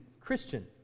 Christian